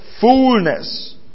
fullness